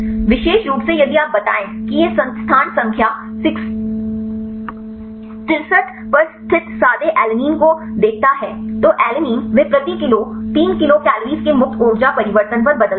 विशेष रूप से यदि आप बताएं कि यह स्थान संख्या 63 पर स्थित सादे ऐलेनिन को देखता है तो एलानिन वे प्रति किलो 3 किलो कल के मुक्त ऊर्जा परिवर्तन पर बदलते हैं